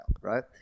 Right